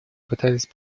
пытались